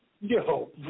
Yo